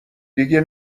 دیگه